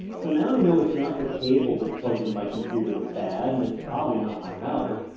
so now i know it's not the cable that's plugged into my computer that's bad, and it's probably not my router,